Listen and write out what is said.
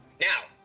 Now